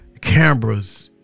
cameras